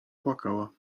płakała